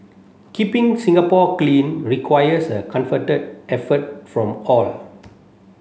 keeping Singapore clean requires a comforted effort from all